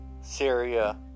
Syria